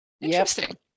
Interesting